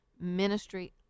ministry